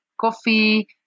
coffee